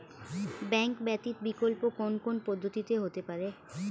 Bank ব্যতীত বিকল্প কোন কোন পদ্ধতিতে হতে পারে?